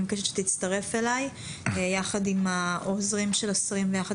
אני מבקשת שתצטרף אליי יחד עם העוזרים של השרים ויחד